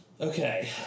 Okay